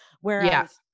Whereas